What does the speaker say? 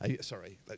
Sorry